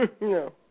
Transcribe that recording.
No